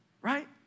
right